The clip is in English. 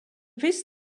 this